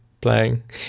playing